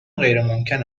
غیرممکن